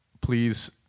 Please